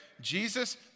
Jesus